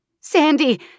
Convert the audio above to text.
Sandy